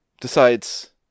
decides